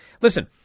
Listen